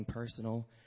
Personal